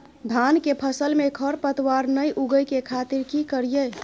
धान के फसल में खरपतवार नय उगय के खातिर की करियै?